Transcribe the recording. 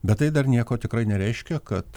bet tai dar nieko tikrai nereiškia kad